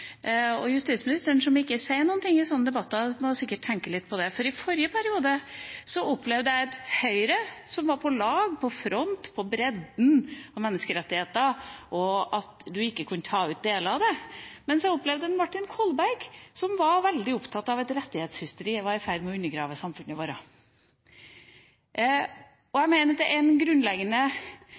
og justisministeren, som ikke sier noe i sånne debatter, må sikkert tenke litt på det, for i forrige periode opplevde jeg et Høyre som var på lag, i front, på bredden av menneskerettigheter, og sa at man ikke kunne ta ut deler av dem, mens jeg opplevde en Martin Kolberg som var veldig opptatt av at rettighetshysteriet var i ferd med å undergrave samfunnet vårt. Jeg mener at det er en grunnleggende